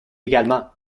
également